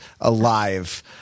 alive